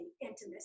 intimacy